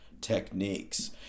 techniques